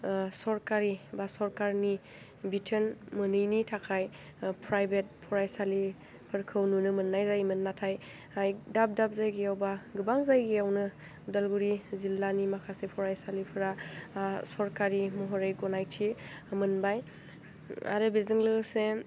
सरकारि बा सरखारनि बिथोन मोनैनि थाखाय प्राइभेट फरायसालिफोरखौ नुनो मोन्नाय जायोमोन नाथाय दाब दाब जायगायाव बा गोबां जायगायावनो उदालगुरि जिल्लानि माखासे फरायसालिफ्रा सरकारि महरै गानायथि मोनबाय आरो बेजों लोगोसे